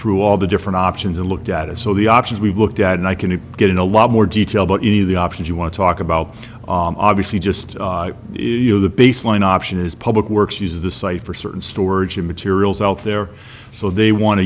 through all the different options and looked at it so the options we've looked at and i can to get in a lot more detail but any of the options you want to talk about obviously just you know the baseline option is public works use of the site for certain storage of materials out there so they want to